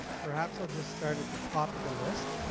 perhaps i'll just start at the top of the list,